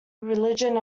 religion